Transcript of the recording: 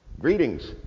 Greetings